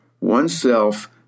oneself